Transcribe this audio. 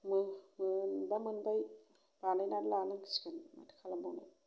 मोनबा मोनबाय बानायनानै लानांसिगोन माथो खालामबावनो